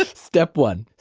ah step one.